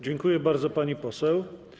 Dziękuję bardzo, pani poseł.